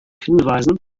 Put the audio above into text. hinweisen